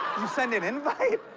you send an invite?